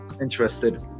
interested